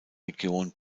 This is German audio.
region